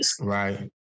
Right